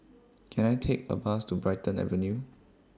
Can I Take A Bus to Brighton Avenue